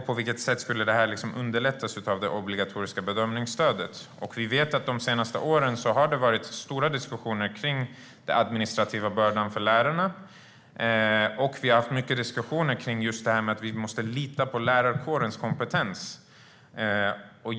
På vilket sätt skulle detta underlättas av det obligatoriska bedömningsstödet? Vi vet att det under de senaste åren har varit stora diskussioner om den administrativa bördan för lärarna. Vi har också haft mycket diskussioner kring att vi just måste lita på lärarkårens kompetens.